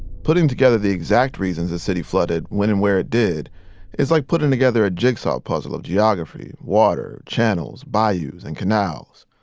putting together the exact reasons the city flooded when and where it did is like putting together a jigsaw puzzle of geography, water, channels, bayous, and canals.